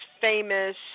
famous